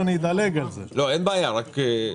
אגב,